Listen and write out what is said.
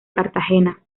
cartagena